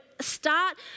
start